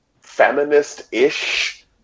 feminist-ish